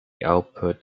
output